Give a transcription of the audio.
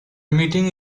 meeting